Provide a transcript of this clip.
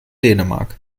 dänemark